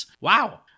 Wow